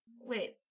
Wait